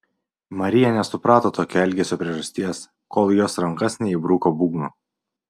marija nesuprato tokio elgesio priežasties kol į jos rankas neįbruko būgno